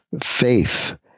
faith